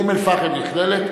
אום-אל-פחם נכללת?